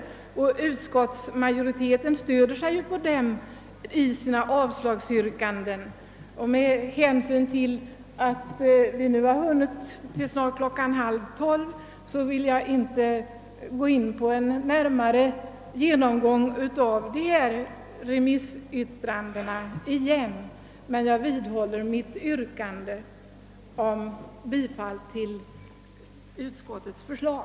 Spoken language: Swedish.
Utskottsmajoriteten stöder sig också på dem i sina avslagsyrkanden. Med hänsyn till att vi snart har hunnit till klockan 23.30 vill jag inte åter gå in på en närmare genomgång av dessa remissyttranden, men jag vidhåller mitt yrkande om bifall till utskottets förslag.